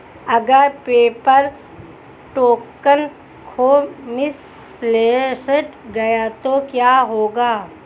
अगर paper token खो misplaced गया तो क्या होगा?